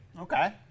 okay